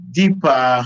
deeper